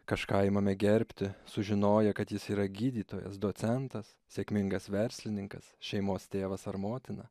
kažką imame gerbti sužinoję kad jis yra gydytojas docentas sėkmingas verslininkas šeimos tėvas ar motina